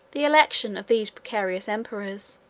the election of these precarious emperors,